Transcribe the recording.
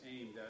aimed